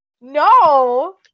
No